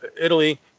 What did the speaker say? Italy